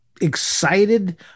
excited